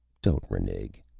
don't renig.